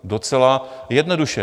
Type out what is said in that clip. Docela jednoduše.